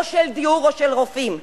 או של דיור או של רופאים.